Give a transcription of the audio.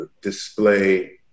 display